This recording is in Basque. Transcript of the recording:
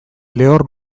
lehor